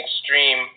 extreme